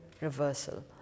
reversal